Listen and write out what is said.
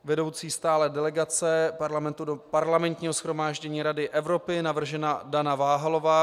Vedoucí stálé delegace Parlamentu do Parlamentního shromáždění Rady Evropy navržena Dana Váhalová.